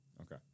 Okay